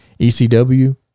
ECW